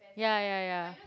ya ya ya